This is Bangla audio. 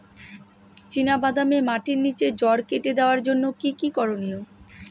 চিনা বাদামে মাটির নিচে জড় কেটে দেওয়ার জন্য কি কী করনীয়?